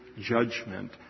judgment